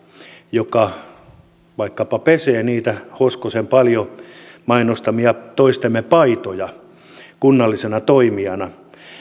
joka vaikkapa pesee niitä hoskosen paljon mainostamia toistemme paitoja kunnallisena toimijana